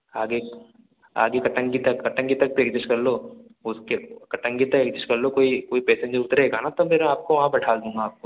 आगे आगे कटंगी तक कटंगी तक तो एग्जिस्ट कर लो उसके कटंगी तक एग्जिस्ट कर लो कोई पैसेंजर उतरेगा ना तब मैं आप को वहाँ बिठा दूँगा आपको